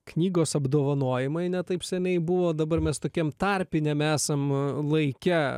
knygos apdovanojimai ne taip seniai buvo dabar mes tokiam tarpiniam esam laike